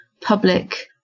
public